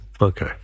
Okay